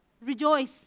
Rejoice